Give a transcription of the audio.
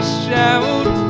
shout